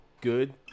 good